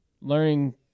learning